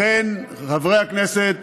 לכן, חברי הכנסת,